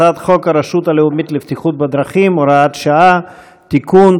הצעת חוק הרשות הלאומית לבטיחות בדרכים (הוראת שעה) (תיקון),